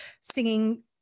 singing